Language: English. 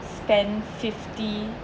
spend fifty